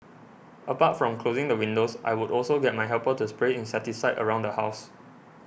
apart from closing the windows I would also get my helper to spray insecticide around the house